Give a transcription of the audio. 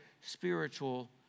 spiritual